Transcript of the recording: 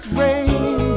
rain